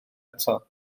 eto